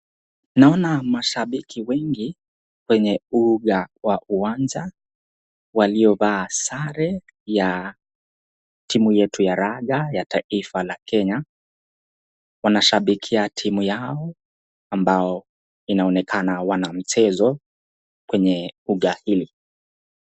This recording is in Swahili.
Naona mashabiki wengi kwenye uga wa uwanja waliovaa sare ya timu yetu ya raga ya taifa la Kenya , wanashabikia timu yao ambao inaonekana wana mchezo kwenye uga hili.